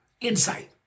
insight